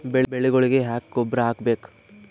ಬೆಳಿಗೊಳಿಗಿ ಯಾಕ ಗೊಬ್ಬರ ಹಾಕಬೇಕು?